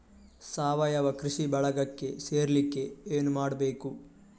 ಸಾವಯವ ಕೃಷಿ ಬಳಗಕ್ಕೆ ಸೇರ್ಲಿಕ್ಕೆ ಏನು ಮಾಡ್ಬೇಕು?